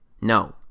No